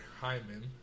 Hyman